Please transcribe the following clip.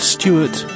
Stewart